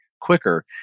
quicker